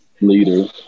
leader